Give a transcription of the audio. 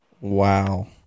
Wow